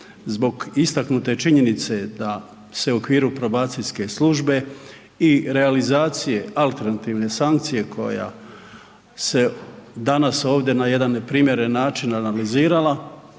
zbog istaknute činjenice da se u okviru probacijske službe i realizacije alternativne sankcije koja se danas ovdje na jedan primjeran način analizirala